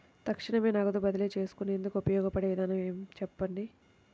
తక్షణమే నగదు బదిలీ చేసుకునేందుకు ఉపయోగపడే విధానము చెప్పండి?